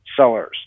sellers